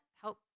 help